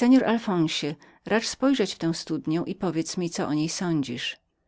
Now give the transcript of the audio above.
panie alfonsie racz spojrzeć w tę studnię i powiedz mi co o niej sądzisz